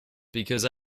because